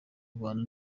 rwanda